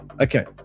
Okay